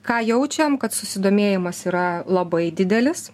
ką jaučiam kad susidomėjimas yra labai didelis